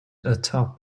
atop